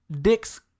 dicks